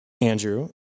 Andrew